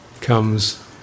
comes